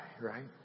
right